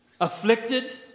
afflicted